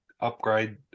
upgrade